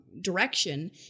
direction